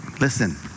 Listen